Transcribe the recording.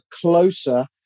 closer